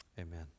amen